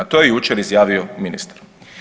To je jučer izjavio ministar.